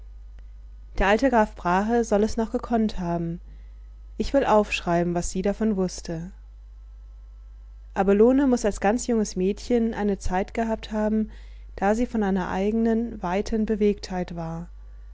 der alte graf brahe soll es noch gekonnt haben ich will aufschreiben was sie davon wußte abelone muß als ganz junges mädchen eine zeit gehabt haben da sie von einer eigenen weiten bewegtheit war